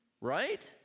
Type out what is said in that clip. Right